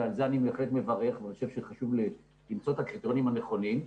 ועל זה אני בהחלט מברך ואני חושב שחשוב למצוא את הקריטריונים הנכונים,